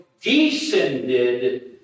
descended